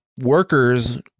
workers